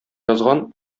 язган